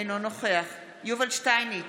אינו נוכח יובל שטייניץ,